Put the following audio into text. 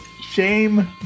Shame